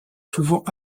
souvent